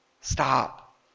Stop